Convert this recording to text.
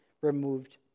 removed